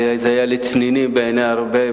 וזה היה לצנינים בעיני רבים,